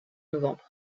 novembre